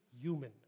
human